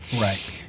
Right